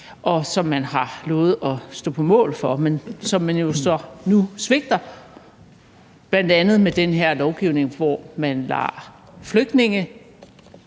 og som man jo har lovet at stå på mål for, men som man jo så nu svigter, bl.a. med den her lovgivning, hvor man lader flygtninge